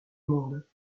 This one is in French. monde